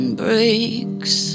breaks